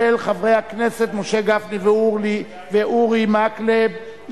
של חברי הכנסת משה גפני ואורי מקלב.